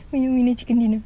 win win the chicken dinner